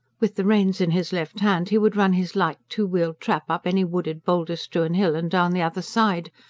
with the reins in his left hand, he would run his light, two-wheeled trap up any wooded, boulder-strewn hill and down the other side,